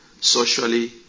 socially